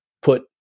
put